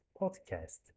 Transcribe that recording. podcast